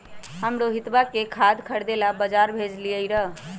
हम रोहितवा के खाद खरीदे ला बजार भेजलीअई र